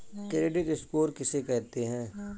Credit score किसे कहते हैं?